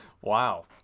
wow